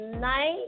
night